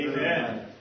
Amen